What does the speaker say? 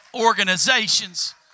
Organizations